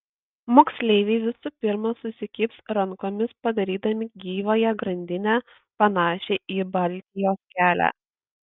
moksleiviai visų pirma susikibs rankomis padarydami gyvąją grandinę panašią į baltijos kelią